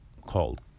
called